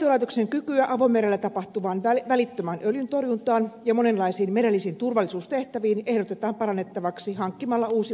rajavartiolaitoksen kykyä avomerellä tapahtuvaan välittömään öljyntorjuntaan ja monenlaisiin merellisiin turvallisuustehtäviin ehdotetaan parannettavaksi hankkimalla uusi ulkovartiolaiva